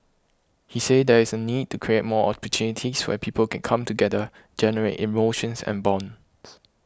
he said there is a need to create more opportunities where people can come together generate emotions and bonds